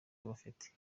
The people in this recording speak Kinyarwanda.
afite